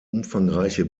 umfangreiche